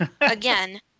Again